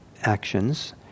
actions